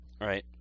Right